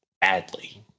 badly